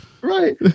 Right